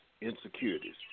insecurities